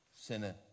sinner